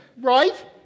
Right